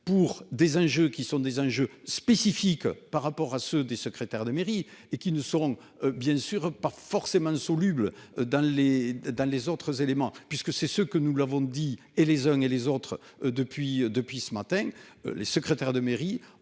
pour des enjeux qui sont des enjeux spécifiques par rapport à ceux des secrétaires de mairie et qui ne seront bien sûr pas forcément soluble dans les dans les autres éléments puisque c'est ce que nous l'avons dit et les uns et les autres depuis, depuis ce matin les secrétaires de mairie.